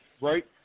right